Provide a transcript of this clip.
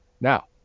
Now